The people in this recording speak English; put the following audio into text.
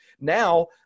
Now